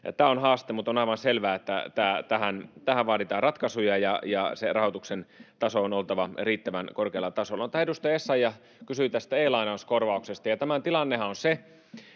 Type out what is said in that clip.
tämä on haaste, mutta on aivan selvää, että tähän vaaditaan ratkaisuja ja sen rahoituksen tason on oltava riittävän korkealla tasolla. No, edustaja Essayah kysyi tästä e-lainauskorvauksesta. Tässähän on siis